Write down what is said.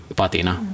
patina